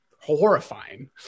horrifying